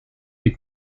des